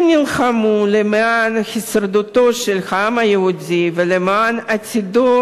הם נלחמו למען הישרדותו של העם היהודי ולמען עתידו